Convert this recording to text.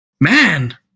man